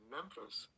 Memphis